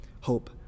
hope